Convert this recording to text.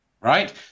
Right